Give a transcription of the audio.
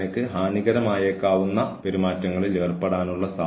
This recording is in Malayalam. ഞാൻ കൈകാര്യം ചെയ്യുന്ന അവസാന തരം ദുരാചാരം മദ്യവുമായി ബന്ധപ്പെട്ട ദുരാചാരങ്ങളാണ്